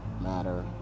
matter